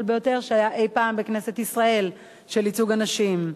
ביותר שהיה אי-פעם בכנסת ישראל של ייצוג הנשים.